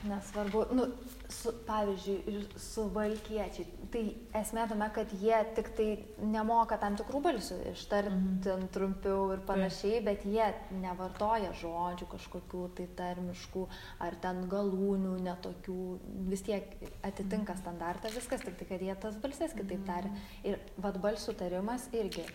nesvarbu nu su pavyzdžiui ir suvalkiečiai tai esmė tame kad jie tiktai nemoka tam tikrų balsių ištarti ten trumpiau ir panašiai bet jie nevartoja žodžių kažkokių tai tarmiškų ar ten galūnių ne tokių vis tiek atitinka standartą viskas tiktai kad jie tas balses kitaip taria ir vat balsių tarimas irgi